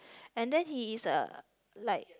and then he is uh like